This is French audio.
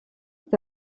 est